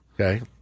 Okay